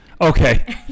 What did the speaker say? Okay